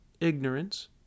ignorance